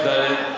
בסעיף 45(ד)